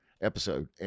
episode